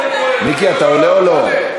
מיקי, אתה עולה או לא?